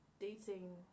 dating